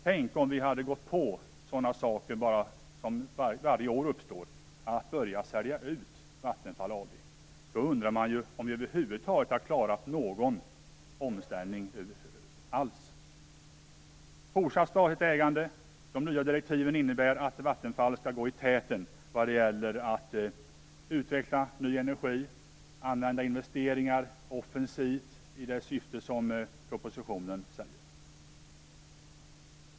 Tänk om vi hade gått på det prat som kommer varje år om att börja sälja ut Vattenfall AB. Jag undrar om vi då hade klarat någon omställning över huvud taget. Det är fortsatt statligt ägande. De nya direktiven innebär att Vattenfall skall gå i täten när det gäller att utveckla ny energi och använda investeringar offensivt i det syfte som anges i propositionen.